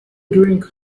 drink